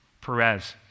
Perez